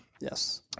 Yes